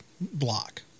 block